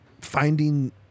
finding